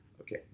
Okay